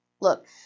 look